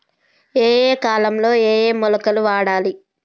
ఏయే కాలంలో ఏయే మొలకలు వాడాలి?